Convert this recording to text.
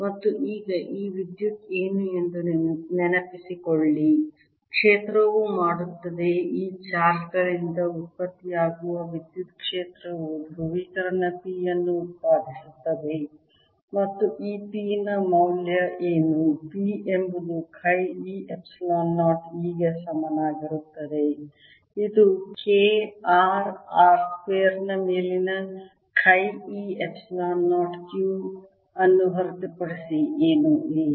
ಮತ್ತು ಈಗ ಈ ವಿದ್ಯುತ್ ಏನು ಎಂದು ನೆನಪಿಸಿಕೊಳ್ಳಿ ಕ್ಷೇತ್ರವು ಮಾಡುತ್ತದೆ ಈ ಚಾರ್ಜ್ ಗಳಿಂದ ಉತ್ಪತ್ತಿಯಾಗುವ ವಿದ್ಯುತ್ ಕ್ಷೇತ್ರವು ಧ್ರುವೀಕರಣ p ಅನ್ನು ಉತ್ಪಾದಿಸುತ್ತದೆ ಮತ್ತು ಈ p ನ ಮೌಲ್ಯ ಏನು p ಎಂಬುದು ಚಿ e ಎಪ್ಸಿಲಾನ್ 0 E ಗೆ ಸಮನಾಗಿರುತ್ತದೆ ಇದು K rr ಸ್ಕ್ವೇರ್ನ ಮೇಲೆ ಚಿ E ಎಪ್ಸಿಲಾನ್ 0 Q ಅನ್ನು ಹೊರತುಪಡಿಸಿ ಏನೂ ಅಲ್ಲ